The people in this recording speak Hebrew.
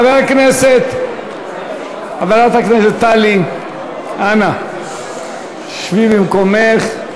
חברת הכנסת טלי, אנא שבי במקומך.